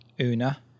Una